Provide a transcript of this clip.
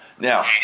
Now